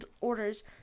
orders